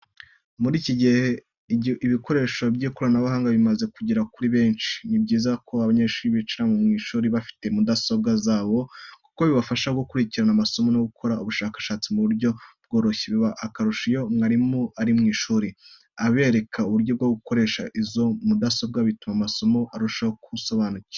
Muri iki gihe ibikoresho by'ikoranabuhanga bimaze kugera kuri benshi, ni byiza ko abanyeshuri bicara mu ishuri bafite mudasobwa zabo, kuko bibafasha gukurikirana amasomo no gukora ubushakashatsi mu buryo bworoshye. Biba akarusho iyo mwarimu ari mu ishuri, abereka uburyo bwo gukoresha izo mudasobwa bituma amasomo arushaho gusobanuka.